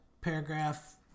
paragraph